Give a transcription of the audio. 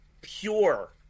pure